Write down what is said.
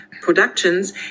productions